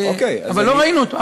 אבל לא ראינו אותו.